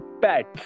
pets